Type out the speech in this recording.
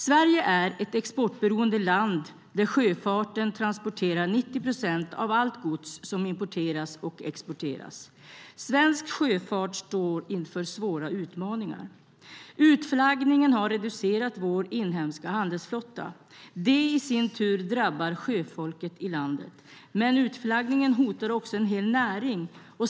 Sverige är ett exportberoende land där sjöfarten transporterar 90 procent av allt gods som importeras och exporteras. Svensk sjöfart står inför svåra utmaningar. Utflaggningen har reducerat vår inhemska handelsflotta. Det i sin tur drabbar sjöfolket i landet. Men utflaggningen hotar också en hel näring.